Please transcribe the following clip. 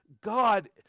God